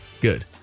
Good